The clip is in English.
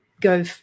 go